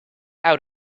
out